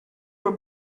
were